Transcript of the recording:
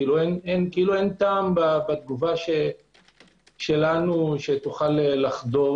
כאילו אין טעם בתגובה שלנו שתוכל לחדור